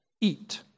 eat